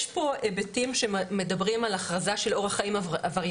יש פה היבטים שמדברים על הכרזה של אורח חיים עברייני,